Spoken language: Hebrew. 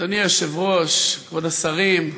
אדוני היושב-ראש, כבוד השרים,